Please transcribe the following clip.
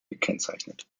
gekennzeichnet